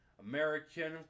American